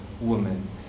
woman